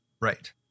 right